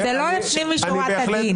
וזה לא לפנים משורת הדין.